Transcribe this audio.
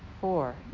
four